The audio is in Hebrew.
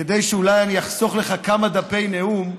כדי שאולי אני אחסוך לך כמה דפי נאום.